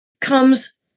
comes